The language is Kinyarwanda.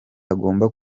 agomba